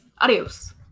Adios